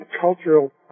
cultural